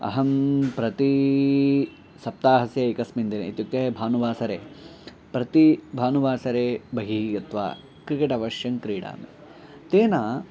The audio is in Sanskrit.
अहं प्रति सप्ताहस्य एकस्मिन् दिने इत्युक्ते भानुवासरे प्रति भानुवासरे बहिः गत्वा क्रिकेट् अवश्यं क्रीडामि तेन